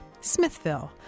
Smithville